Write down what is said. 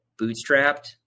bootstrapped